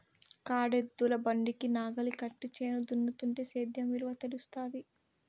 కాడెద్దుల బండికి నాగలి కట్టి చేను దున్నుతుంటే సేద్యం విలువ తెలుస్తాది